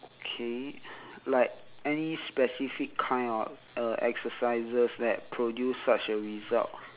okay like any specific kind of uh exercises that produce such a result